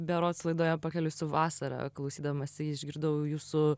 berods laidoje pakeliui su vasara klausydamasi išgirdau jūsų